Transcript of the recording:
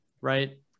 right